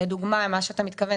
לדוגמה למה שאתה מתכוון,